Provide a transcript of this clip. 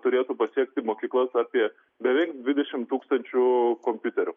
turėtų pasiekti mokyklas apie beveik dvidešim tūkstančių kompiuterių